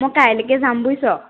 মই কাইলৈকে যাম বুজিছ